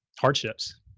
hardships